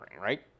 right